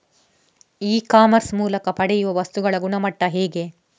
E commerce ಮೂಲಕ ಪಡೆಯುವ ವಸ್ತುಗಳ ಗುಣಮಟ್ಟ ಹೇಗೆ?